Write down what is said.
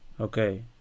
okay